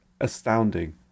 astounding